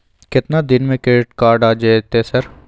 केतना दिन में क्रेडिट कार्ड आ जेतै सर?